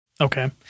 Okay